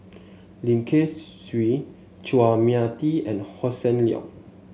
Lim Kay Siu Chua Mia Tee and Hossan Leong